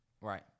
Right